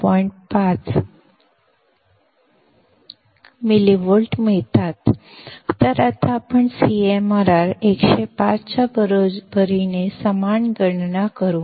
5 millivolts मिळतात आता आपण CMRR 105 च्या बरोबरीने समान गणना करू